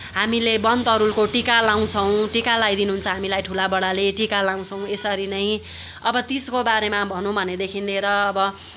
हामीले वन तरुलको टिका लगाउँछौँ टिका लगाइ दिनुहुन्छ हामीलाई ठुलाबडाले टिका लगाउँछौँ यसरी नै अब तिजको बारेमा भनौँ भनेदेखि लिएर अब